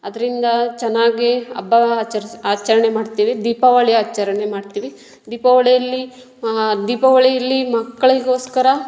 ಅದರಿಂದಾ ಚೆನ್ನಾಗೀ ಹಬ್ಬವ ಆಚರ್ಸಿ ಆಚರಣೆ ಮಾಡ್ತೀವಿ ದೀಪಾವಳಿ ಆಚರಣೆ ಮಾಡ್ತೀವಿ ದೀಪಾವಳಿಯಲ್ಲಿ ದೀಪಾವಳಿಯಲ್ಲಿ ಮಕ್ಕಳಿಗೋಸ್ಕರ